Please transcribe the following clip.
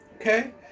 Okay